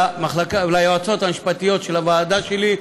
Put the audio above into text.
וליועצות המשפטיות של הוועדה שלי,